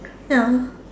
ya